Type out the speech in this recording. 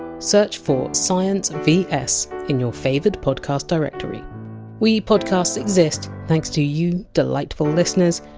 search for science v s in your favoured podcast directory we podcasts exist thanks to you delightful listeners.